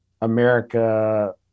America